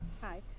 Hi